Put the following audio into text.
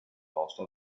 posto